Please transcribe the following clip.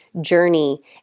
journey